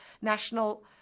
national